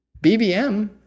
BBM